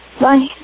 bye